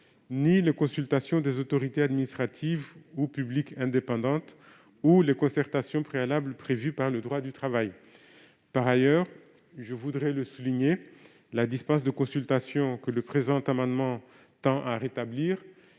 les consultations des autorités administratives ou publiques indépendantes ou encore les concertations préalables prévues par le droit du travail. Par ailleurs, je tiens à le souligner, la dispense de consultation que cet amendement tend à rétablir